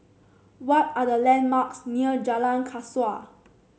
what are the landmarks near Jalan Kasau